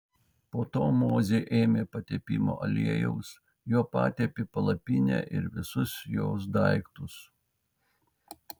po to mozė ėmė patepimo aliejaus juo patepė palapinę ir visus jos daiktus